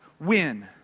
win